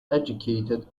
educated